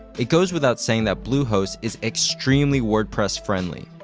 it goes without saying that bluehost is extremely wordpress friendly,